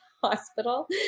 hospital